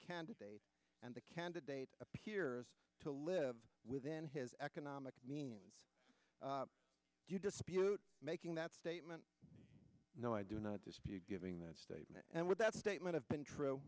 candidate and the candidate appears to live within his economic do you dispute making that statement no i do not dispute giving that statement and what that statement i've been true